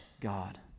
God